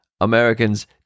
Americans